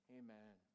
amen